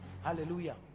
Hallelujah